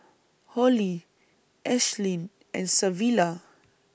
Hollie Ashlyn and Savilla